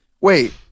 Wait